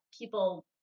people